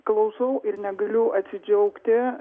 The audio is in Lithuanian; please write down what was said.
klausau ir negaliu atsidžiaugti